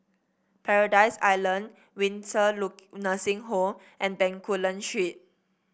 Paradise Island Windsor Nursing Home and Bencoolen Street